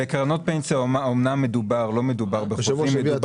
בקרנות פנסיה אמנם לא מדובר בחוזים אלא